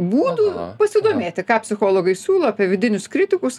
būdų pasidomėti ką psichologai siūlo apie vidinius kritikus